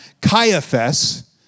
Caiaphas